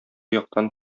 яктан